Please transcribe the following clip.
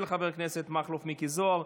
של חבר הכנסת מכלוף מיקי זוהר.